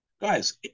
Guys